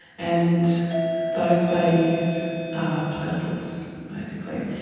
and those babies are platypus basically.